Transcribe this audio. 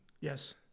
Yes